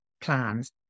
plans